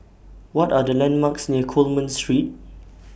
What Are The landmarks near Coleman Street